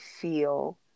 feel